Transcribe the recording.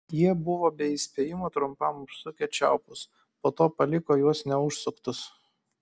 jie buvo be įspėjimo trumpam užsukę čiaupus po to paliko juos neužsuktus